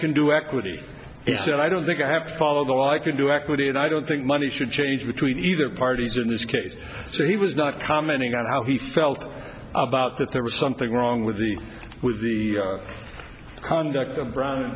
can do equity he said i don't think i have to follow the law i can do equity and i don't think money should change between either parties in this case so he was not commenting on how he felt about that there was something wrong with the with the conduct of brown and